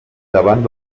davant